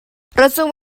rydw